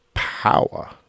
Power